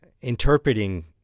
interpreting